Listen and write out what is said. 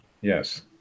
Yes